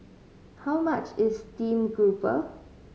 how much is steamed grouper